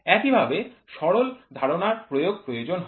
একইভাবে সরল ধারনার প্রয়োগ প্রয়োজন হয়